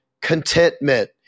contentment